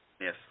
Yes